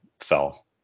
fell